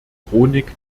chronik